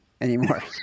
anymore